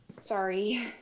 Sorry